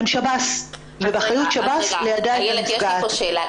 זה שב"ס ובאחריות שב"ס ליידע את הנפגעת.